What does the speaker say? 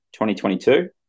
2022